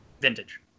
Vintage